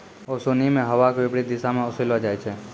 ओसोनि मे हवा के विपरीत दिशा म ओसैलो जाय छै